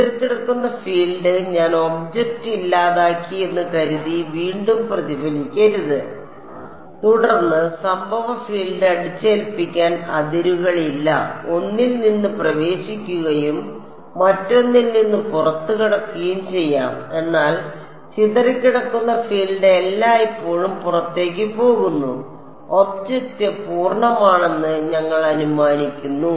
ചിതറിക്കിടക്കുന്ന ഫീൽഡ് ഞാൻ ഒബ്ജക്റ്റ് ഇല്ലാതാക്കി എന്ന് കരുതി വീണ്ടും പ്രതിഫലിക്കരുത് തുടർന്ന് സംഭവ ഫീൽഡ് അടിച്ചേൽപ്പിക്കാൻ അതിരുകളില്ല ഒന്നിൽ നിന്ന് പ്രവേശിക്കുകയും മറ്റൊന്നിൽ നിന്ന് പുറത്തുകടക്കുകയും ചെയ്യാം എന്നാൽ ചിതറിക്കിടക്കുന്ന ഫീൽഡ് എല്ലായ്പ്പോഴും പുറത്തേക്ക് പോകുന്നു ഒബ്ജക്റ്റ് പൂർണ്ണമാണെന്ന് ഞങ്ങൾ അനുമാനിക്കുന്നു